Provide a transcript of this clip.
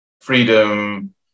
Freedom